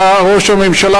אדוני היושב-ראש,